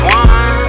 one